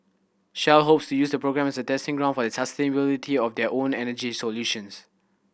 shell hopes to use the program as a testing ground for the sustainability of their own energy solutions